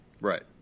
Right